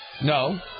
No